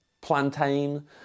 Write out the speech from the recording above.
plantain